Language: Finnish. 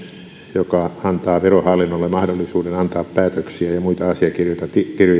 joka antaa verohallinnolle mahdollisuuden antaa päätöksiä ja ja muita asiakirjoja